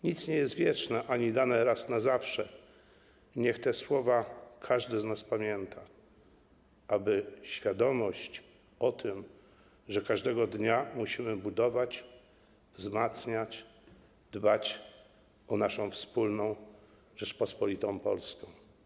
Nic nie jest wieczne ani dane raz na zawsze - niech te słowa każdy z nas pamięta, aby zachować świadomość o tym, że każdego dnia musimy budować, wzmacniać, dbać o naszą wspólną Rzeczpospolitą Polską.